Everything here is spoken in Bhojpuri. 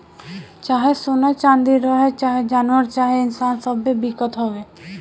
चाहे सोना चाँदी रहे, चाहे जानवर चाहे इन्सान सब्बे बिकत हवे